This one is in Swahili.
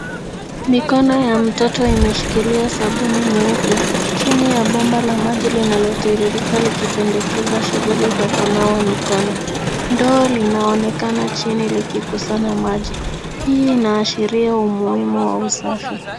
Mikono ya mtoto imeshikilia sabuni nyeupe chini la bomba la maji linalotiririka likipendekeza shughuli za kunawa mikono. Ndoo linaonekana chini likikusanya maji. Hii inaashiria umuhimu wa usafi.